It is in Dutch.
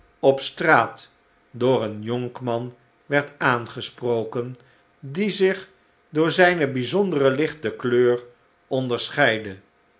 op straat door een jonkman werd aangesproken die zich door zijne bijzondere lichte kleur onderscheidde